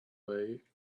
way